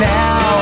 now